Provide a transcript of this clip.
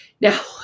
now